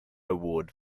award